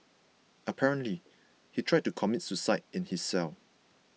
apparently he tried to commit suicide in his cell